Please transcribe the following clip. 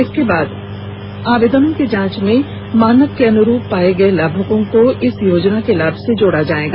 इसके पश्चात आवेदनों की जाँच में मानक के अनुरूप पाये गये लाभुकों को इस योजना के लाभ से जोड़ा जायेगा